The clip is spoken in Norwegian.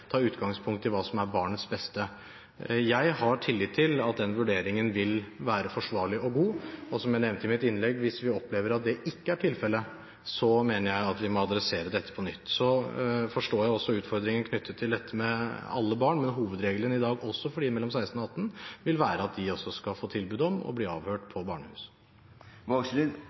ta utgangspunkt i hva som er barnets beste. Jeg har tillit til at den vurderingen vil være forsvarlig og god. Som jeg nevnte i mitt innlegg: Hvis vi opplever at det ikke er tilfellet, mener jeg at vi må adressere dette på nytt. Så forstår jeg også utfordringen knyttet til dette med alle barn. Men hovedregelen i dag, også for dem mellom 16 og 18 år, vil være at de skal få tilbud om å bli avhørt på